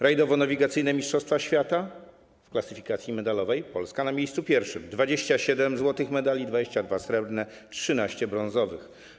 Rajdowo-nawigacyjne mistrzostwa świata, w klasyfikacji medalowej Polska na pierwszym miejscu, 27 złotych medali, 22 srebrne, 13 brązowych.